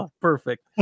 perfect